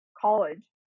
college